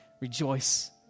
Rejoice